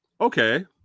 okay